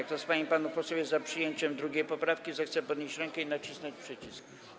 Kto z pań i panów posłów jest za przyjęciem 2. poprawki, zechce podnieść rękę i nacisnąć przycisk.